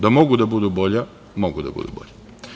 Da mogu da budu bolja, mogu da budu bolja.